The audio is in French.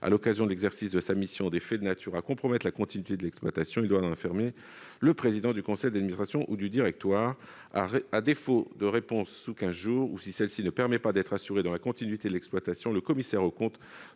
à l'occasion de l'exercice de sa mission, des faits de nature à compromettre la continuité de l'exploitation, il doit en informer le président du conseil d'administration ou du directoire. À défaut de réponse sous quinze jours, ou si celle-ci ne permet pas d'être assuré de la continuité de l'exploitation, le commissaire aux comptes